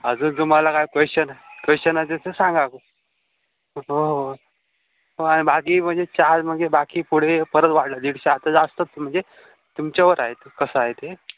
अजून तुम्हाला काय क्वेशन क्वेशन आहे तर ते सांगा हो हो बाकी म्हणजे चार म्हणजे बाकी पुढे परत वाढलं दीडशे आता जास्तच म्हणजे तुमच्यावर आहेत कसं आहे ते